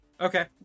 Okay